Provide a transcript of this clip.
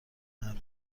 مرد